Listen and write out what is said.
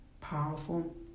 powerful